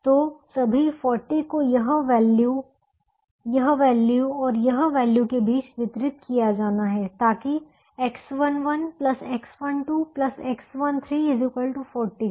तो सभी 40 को यह वैल्यू यह वैल्यू और यह वैल्यू के बीच वितरित किया जाना है ताकि X11 X12 X13 40 हो